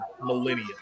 millennia